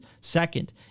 Second